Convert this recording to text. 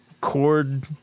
chord